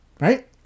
right